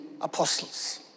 apostles